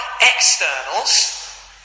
externals